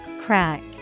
Crack